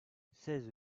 seize